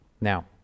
Now